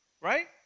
Right